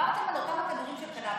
כשדיברתם על אותם כדורים של קנביס,